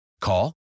Call